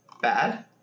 Bad